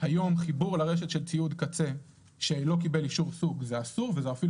היום חיבור לרשת של ציוד קצה שלא קיבל אישור סוג זה דבר אסור ואפילו